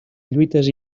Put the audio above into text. lluites